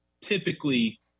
typically